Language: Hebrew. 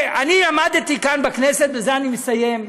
כשאני עמדתי כאן בכנסת, בזה אני מסיים,